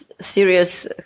Serious